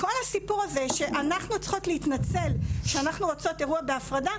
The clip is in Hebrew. כל הסיפור הזה שאנחנו צריכות להתנצל שאנחנו רוצות אירוע בהפרדה,